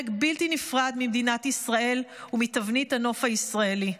בלתי נפרד ממדינת ישראל ומתבנית הנוף הישראלי.